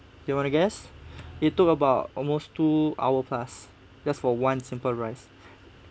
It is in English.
you want to guess it took about almost two hour plus just for one simple rice